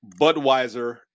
Budweiser